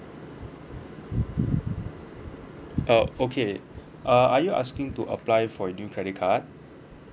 uh okay uh are you asking to apply for new credit card